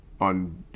on